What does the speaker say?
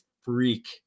freak